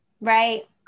Right